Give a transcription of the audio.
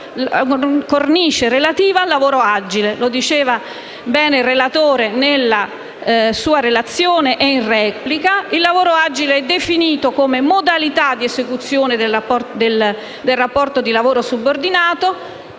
Il lavoro agile è definito come modalità di esecuzione del rapporto di lavoro subordinato.